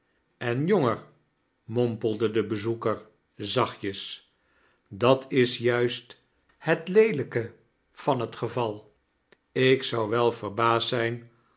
en jonger mompelde de bezoeker zachtjes dat is juist het leelijke van het geval ik zou'wel verbaasd zijn